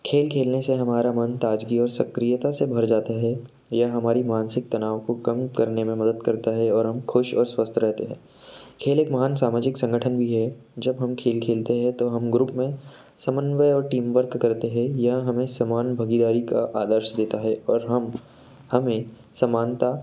खेल खेलने से हमारा मन ताज़गी और सक्रियता से भर जाता है यह हमारे मानसिक तनाव को कम करने में मदद करता है और हम ख़ुश और स्वस्थ रहते हैं खेल एक महान सामजिक संगठन भी है जब हम खेल खेलते हैं तो ग्रुप में समन्वय और टीम वर्क करते हैं यह हमें समान भगीदारी का आदर्श देता है और हम हमें समानता